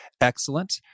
excellent